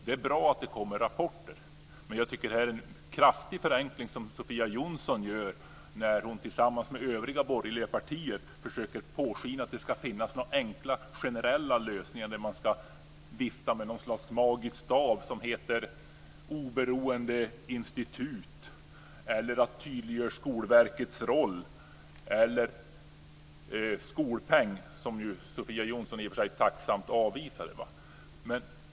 Det är bra att det kommer rapporter, men jag tycker att Sofia Jonsson gör en kraftig förenkling när hon och de borgerliga partierna försöker påskina att det ska finnas några enkla generella lösningar. Man viftar som med en magisk stav med uttryck som "oberoende institut", "tydliggöra Skolverkets roll" eller "skolpeng" - något som Sofia Jonsson i och för sig avvisade.